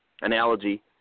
analogy